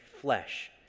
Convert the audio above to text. flesh